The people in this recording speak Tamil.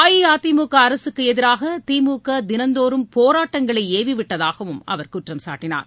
அஇஅதிமுக அரகக்கு எதிராக திமுக தினந்தோறும் போராட்டங்களை ஏவி விட்டதாகவும் அவர் குற்றம் சாட்டினார்